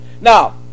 Now